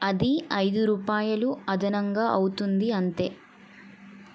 అది ఐదు రూపాయలు అదనంగా అవుతుంది అంతే